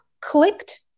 clicked